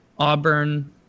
Auburn